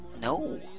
No